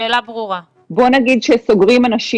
בוא נגיד, שסוגרים אנשים.